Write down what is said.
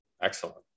Excellent